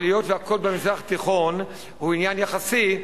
אבל היות שהכול במזרח התיכון הוא עניין יחסי,